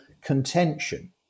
contention